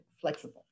flexible